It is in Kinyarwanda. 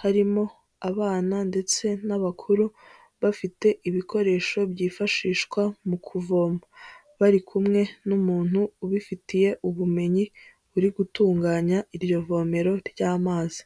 harimo abana ndetse n'abakuru, bafite ibikoresho byifashishwa mu kuvoma, bari kumwe n'umuntu ubifitiye ubumenyi uri gutunganya iryo vomero ry'amazi.